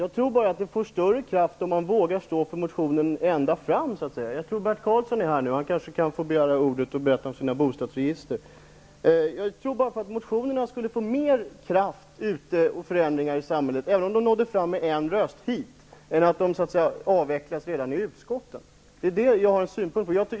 Herr talman! Nej, jag tror bara att motionerna skulle få större kraft om man vågade stå för dem ända fram. De skulle leda till mera förändringar ute i samhället om de nådde fram hit med en röst än när de avvecklas redan i utskotten. Det är det som jag har synpunkter på.